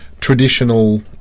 traditional